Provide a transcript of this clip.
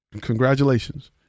Congratulations